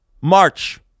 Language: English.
March